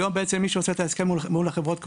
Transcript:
היום מי שעושה את ההסכם מול חברות הקבורה,